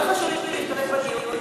מאוד חשוב לי להשתתף בדיון.